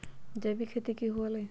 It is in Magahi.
जैविक खेती की हुआ लाई?